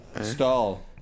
stall